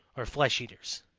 or flesh eaters.